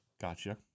Gotcha